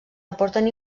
aporten